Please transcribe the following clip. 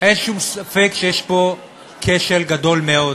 אין שום ספק שיש פה כשל גדול מאוד,